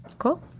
cool